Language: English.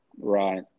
Right